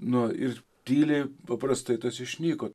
nu ir tyliai paprastai tas išnyko